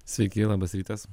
sveiki labas rytas